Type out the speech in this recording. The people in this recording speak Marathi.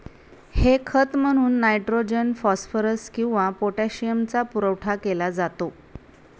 हे खत म्हणून नायट्रोजन, फॉस्फरस किंवा पोटॅशियमचा पुरवठा केला जातो